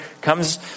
comes